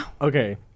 Okay